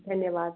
धन्यवाद